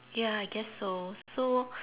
ya I guess so so